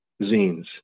zines